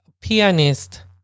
pianist